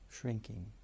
shrinking